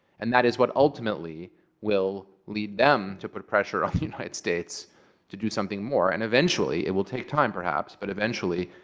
and that is what ultimately will lead them to put pressure on the united states to do something more. and eventually it will take time, perhaps but eventually,